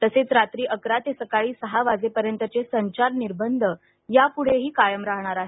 तसेच रात्री अकरा ते सकाळी सहा वाजेपर्यंतचे संचार निर्बंध याप्रढेही कायम राहणार आहेत